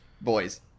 Boys